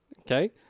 Okay